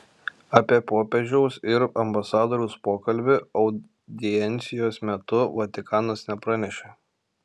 apie popiežiaus ir ambasadoriaus pokalbį audiencijos metu vatikanas nepranešė